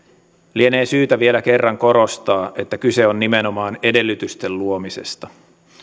lienee syytä vielä kerran korostaa että kyse on nimenomaan edellytysten luomisesta